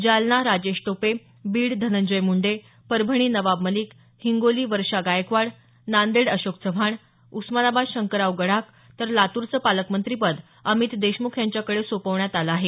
जालना राजेश टोपे बीड धनंजय मुंडे परभणी नवाब मलिक हिंगोली वर्षा गायकवाड नांदेड अशोक चव्हाण उस्मानाबाद शंकरराव गडाख तर लातूरचं पालकमंत्रीपद अमित देशमुख यांच्याकडे सोपवण्यात आलं आहे